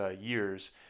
years